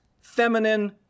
feminine